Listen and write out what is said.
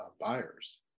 buyers